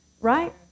right